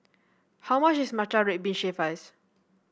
how much is Matcha Red Bean Shaved Ice